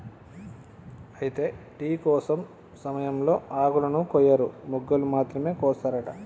అయితే టీ కోసే సమయంలో ఆకులను కొయ్యరు మొగ్గలు మాత్రమే కోస్తారట